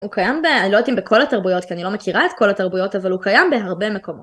הוא קיים, אני לא יודעת אם בכל התרבויות, כי אני לא מכירה את כל התרבויות, אבל הוא קיים בהרבה מקומות.